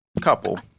Couple